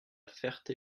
ferté